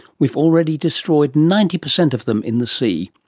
we've already destroyed ninety percent of them in the sea.